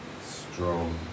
strong